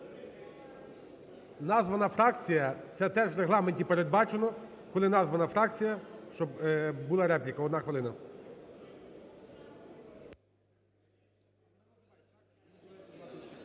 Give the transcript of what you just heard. Названа фракція, це теж в Регламенті передбачено, коли названа фракція щоб була репліка. Одна хвилина.